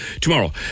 Tomorrow